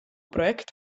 projekt